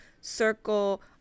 circle